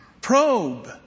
Probe